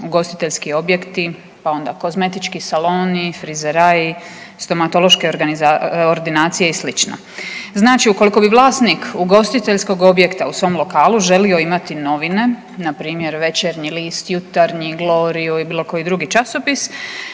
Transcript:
ugostiteljski objekti, pa onda kozmetički saloni, frizeraji, stomatološke ordinacije i sl. Znači ukoliko bi vlasnik ugostiteljskog objekta u svom lokalu želio imati novine, npr. Večernji list, Jutarnji, Gloriu ili bilo koji drugi časopis